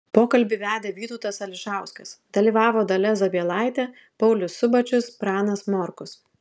pokalbį vedė vytautas ališauskas dalyvavo dalia zabielaitė paulius subačius pranas morkus